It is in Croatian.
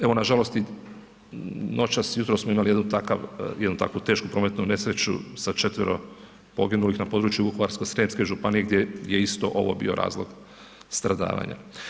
Evo nažalost i noćas, jutros smo imali jedan takav, jednu takvu tešku prometnu nesreću sa 4-tvero poginulih na području Vukovarsko-srijemske županije gdje je isto ovo bio razlog stradavanja.